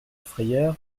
frayeur